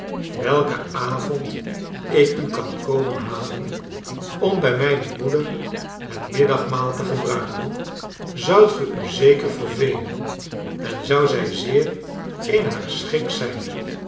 welken avond ik u kan komen lialen om bij mijne moeder het middagmaal te gebruiken zoudt ge u zeker vervelen en zou zij zeer in haar schik zijn